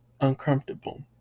uncomfortable